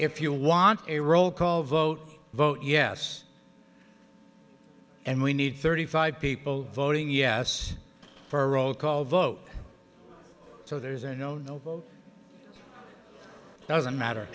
if you want a roll call vote vote yes and we need thirty five people voting yes for a roll call vote so there's a no no vote doesn't matter